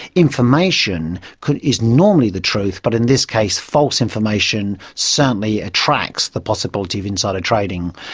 information could. is normally the truth, but in this case false information certainly attracts the possibility of insider trading.